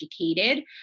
educated